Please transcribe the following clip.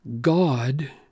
God